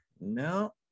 no